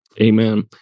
Amen